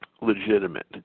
legitimate